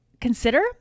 consider